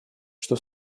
что